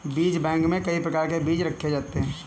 बीज बैंक में कई प्रकार के बीज रखे जाते हैं